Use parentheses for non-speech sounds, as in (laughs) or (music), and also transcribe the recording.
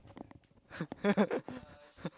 (laughs)